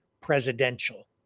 presidential